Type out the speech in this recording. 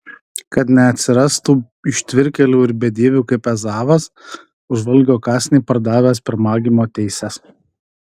kad neatsirastų ištvirkėlių ir bedievių kaip ezavas už valgio kąsnį pardavęs pirmagimio teises